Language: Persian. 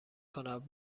کند